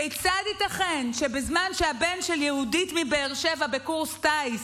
כיצד ייתכן שבזמן שהבן של יהודית מבאר שבע בקורס טיס